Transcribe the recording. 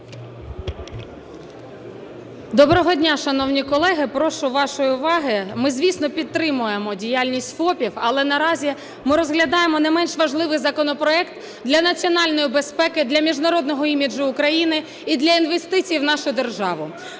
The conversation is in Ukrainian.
Доброго дня, шановні колеги! Прошу вашої уваги. Ми, звісно, підтримуємо діяльність ФОПів, але наразі ми розглядаємо не менш важливий законопроект для національної безпеки, для міжнародного іміджу України і для інвестицій в нашу державу.